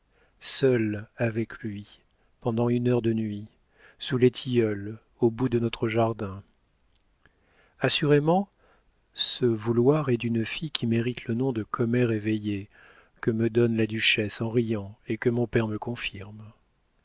seule avec lui pendant une heure de nuit sous les tilleuls au bout de notre jardin assurément ce vouloir est d'une fille qui mérite le nom de commère éveillée que me donne la duchesse en riant et que mon père me confirme